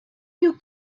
you